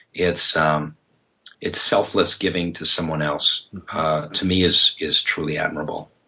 it's um it's selfless giving to someone else to me is is truly admirable.